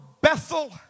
Bethel